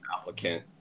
applicant